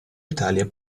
italia